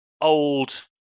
old